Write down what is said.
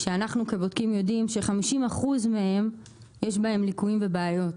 שאנחנו כבודקים יודעים שב-50% מהם יש בהן ליקוים ובעיות.